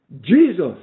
Jesus